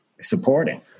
supporting